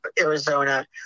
Arizona